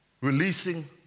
releasing